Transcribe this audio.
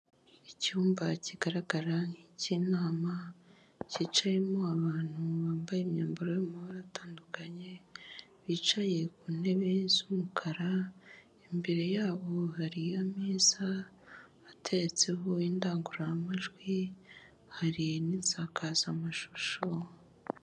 Icyumba kigaragara nk'icy'inama cyicayemo abantu bambaye imyambaro y'amabara atandukanye, bicaye ku ntebe z'umukara imbere yabo hariyo ameza ateretseho indangururamajwi hari n'isakazamashusho.